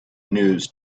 news